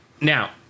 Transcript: Now